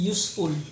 Useful